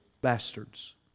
bastards